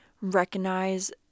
recognize